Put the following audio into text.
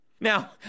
Now